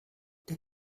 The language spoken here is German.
der